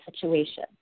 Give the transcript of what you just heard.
situation